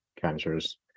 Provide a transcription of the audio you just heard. cancers